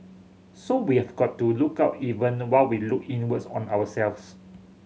so we have got to look out even while we look inwards on ourselves